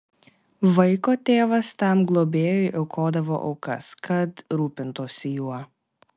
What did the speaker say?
vaiko tėvas tam globėjui aukodavo aukas kad rūpintųsi juo